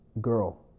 girl